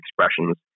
expressions